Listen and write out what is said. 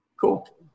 Cool